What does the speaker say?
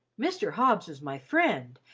mr. hobbs was my friend,